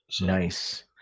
Nice